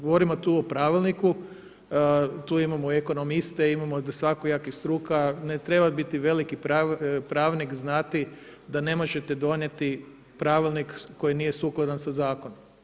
Govorimo tu o pravilniku, tu imamo ekonomiste, imamo svakojakih struka, ne treba biti veliki pravnik znati da ne možete donijeti pravilnik koji nije sukladan sa zakonom.